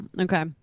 Okay